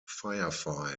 firefight